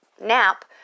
nap